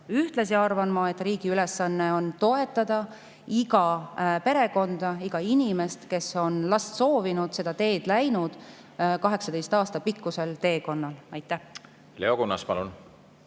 Ühtlasi arvan ma, et riigi ülesanne on toetada iga perekonda, iga inimest, kes on last soovinud, seda teed läinud 18 aasta pikkusel teekonnal. Suur aitäh! Kaugeltki